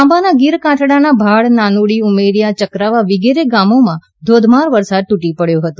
ખાંભાના ગીરકાંઠાના ભાડ નાનુડી ઉમરીયા ચક્રાવા વિગેરે ગામોમા ધોધમાર વરસાદ તુટી પડયો હતો